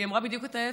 והיא אמרה בדיוק ההפך.